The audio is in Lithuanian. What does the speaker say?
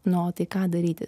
na o tai ką daryti